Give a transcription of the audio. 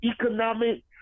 economic